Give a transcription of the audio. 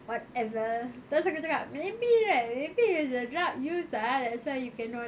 whatever tu pasal aku cakap maybe right maybe he's a drug user that's why you cannot